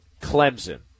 Clemson